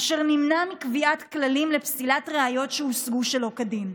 אשר נמנע מקביעת כללים לפסילת ראיות שהושגו שלא כדין.